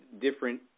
different